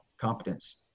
competence